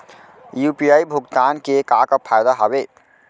UPI भुगतान के का का फायदा हावे?